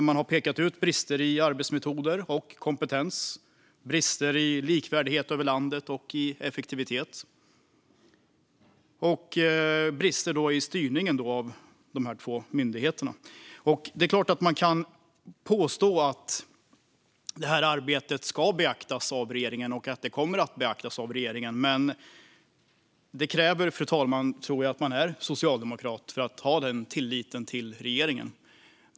Man har pekat ut brister i arbetsmetoder, kompetens, likvärdighet över landet och effektivitet samt brister i styrningen av de två myndigheterna. Det är klart att man kan påstå att det här arbetet ska beaktas av regeringen och att det kommer att beaktas av regeringen. Men det krävs, tror jag, att man är socialdemokrat för att ha den tilliten till regeringen, fru talman.